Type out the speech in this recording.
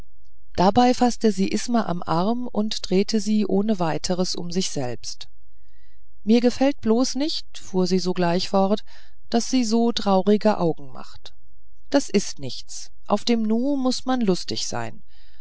dabei faßte sie isma am arm und drehte sie ohne weiteres um sich selbst mir gefällt bloß nicht fuhr sie sogleich fort daß sie so traurige augen macht das ist nichts auf dem nu muß man lustig sein